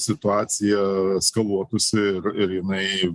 situacija eskaluotųsi ir ir jinai